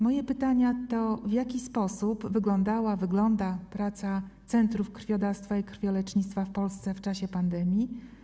Moje pytania: W jaki sposób wyglądała praca centrów krwiodawstwa i krwiolecznictwa w Polsce w czasie pandemii?